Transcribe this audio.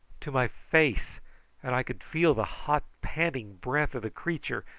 to my face and i could feel the hot panting breath of the creature,